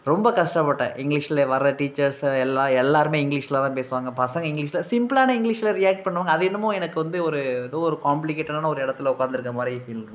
ரொம்ப கஷ்டப்பட்டேன் இங்கிலீஷில் வர்ற டீச்சர்ஸு எல்லாம் எல்லாருமே இங்கிலீஷில் தான் பேசுவாங்க பசங்க இங்கிலீஷில் சிம்பிளான இங்கிலீஷில் ரியாக்ட் பண்ணுவாங்கள் அது என்னமோ எனக்கு வந்து ஒரு ஏதோ ஒரு காம்ப்ளிகேட்டடான ஒரு இடத்துல உக்காந்துருக்க மாதிரி ஃபீல் இருக்கும்